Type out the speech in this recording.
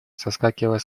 соскакивая